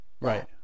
Right